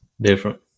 Different